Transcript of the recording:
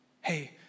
hey